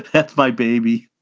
that's my baby.